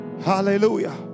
Hallelujah